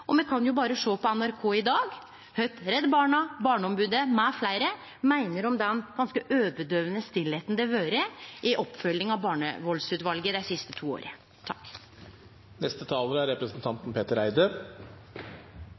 Me kan jo berre sjå på NRK i dag kva Redd Barna, Barneombodet mfl. meiner om den ganske øyredøyvande tausheita det har vore i oppfølginga av barnevaldsutvalet dei siste to åra. Det har kommet en del ting i denne debatten som jeg føler at jeg er